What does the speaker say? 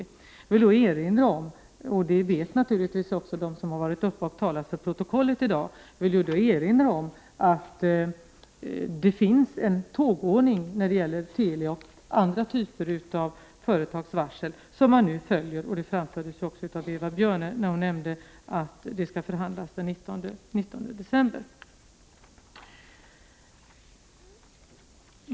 Jag vill i det sammanhanget erinra om, vilket naturligtvis de som i dag har talat för protokollet vet, att det finns en tågordning som nu gäller beträffande Teli och andra typer av företagsvarsel. Det är den som nu följs. Detta framfördes också av Eva Björne då hon nämnde att förhandlingar skall ske den 19 december.